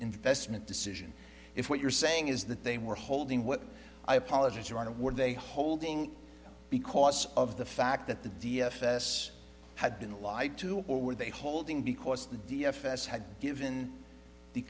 investment decision if what you're saying is that they were holding what i apologise for on it were they holding because of the fact that the d f s had been lied to or were they holding because the d f s had given the